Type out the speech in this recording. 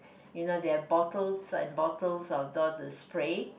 you know they have bottles and bottles of all the spray